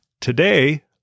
today